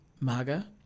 Maga